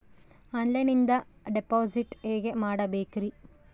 ಆನ್ಲೈನಿಂದ ಡಿಪಾಸಿಟ್ ಹೇಗೆ ಮಾಡಬೇಕ್ರಿ?